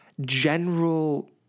general